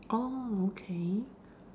orh okay